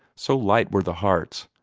so light were the hearts,